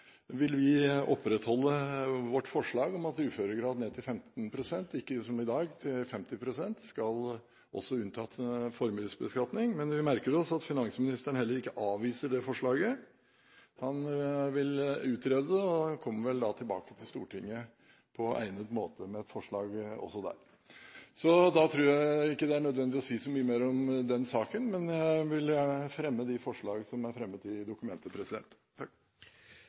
vil vi opprettholde vårt forslag om at uføregrad ned til 15 pst. – ikke som i dag, 50 pst. – også skal unntas formuesbeskatning. Men vi merker oss at finansministeren heller ikke avviser det forslaget. Han vil utrede det, og kommer vel da tilbake til Stortinget på egnet måte med et forslag også der. Da tror jeg ikke det er nødvendig å si så mye mer om denne saken. Men jeg vil fremme de forslagene som er tatt inn i